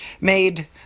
made